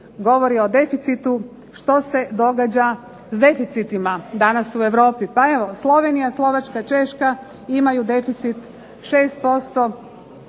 govori o deficitu što se događa s deficitima danas u Europi. Pa evo, Slovenija, Slovačka, Češka imaju deficit 6%,